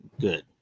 good